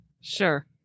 Sure